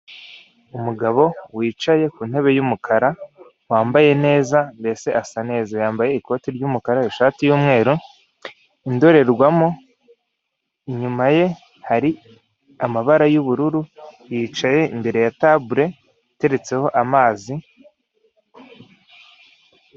Umugabo wicaye ku ntebe y'umukara wambaye neza mbese asa neza yambaye ikote ry'umukara, ishati y'umweru indorerwamo inyuma ye hari amabara y'ubururu yicaye imbere ya tabule iteretseho amazi.